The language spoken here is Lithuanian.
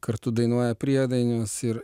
kartu dainuoja priedainius ir